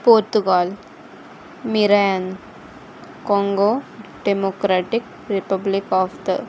Portugal मिरॅन काँगो Democratic Republic of the